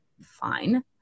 fine